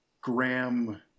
Graham